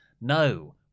no